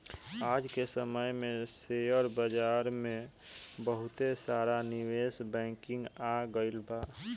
आज के समय में शेयर बाजार में बहुते सारा निवेश बैंकिंग आ गइल बा